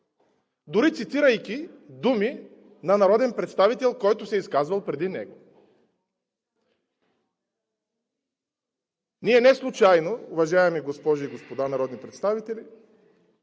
дори цитирайки думи на народен представител, който се е изказал преди него. Ние неслучайно, уважаеми госпожи и господа народни представители,